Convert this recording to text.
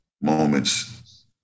moments